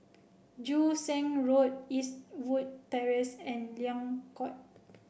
Joo Seng Road Eastwood Terrace and Liang Court